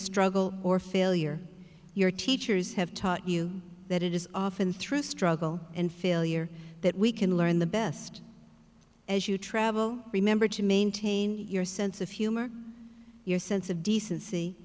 struggle or failure your teachers have taught you that it is often through struggle and failure that we can learn the best as you travel remember to maintain your sense of humor your sense of decency